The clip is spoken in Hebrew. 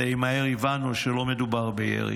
די מהר הבנו שלא מדובר בירי.